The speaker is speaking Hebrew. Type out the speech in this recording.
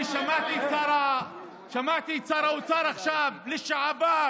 אני שמעתי עכשיו את שר האוצר לשעבר,